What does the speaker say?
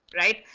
right?